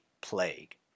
Plague